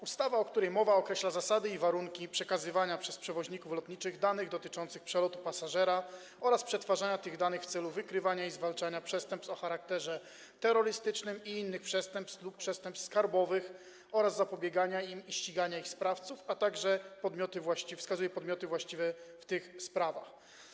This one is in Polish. Ustawa, o której mowa, określa zasady i warunki przekazywania przez przewoźników lotniczych danych dotyczących przelotu pasażera oraz przetwarzania tych danych w celu wykrywania i zwalczania przestępstw o charakterze terrorystycznym i innych przestępstw lub przestępstw skarbowych oraz zapobiegania im i ścigania ich sprawców, a także wskazuje podmioty właściwe w tych sprawach.